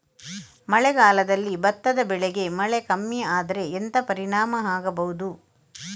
ಮಳೆಗಾಲದಲ್ಲಿ ಭತ್ತದ ಬೆಳೆಗೆ ಮಳೆ ಕಮ್ಮಿ ಆದ್ರೆ ಎಂತ ಪರಿಣಾಮ ಆಗಬಹುದು?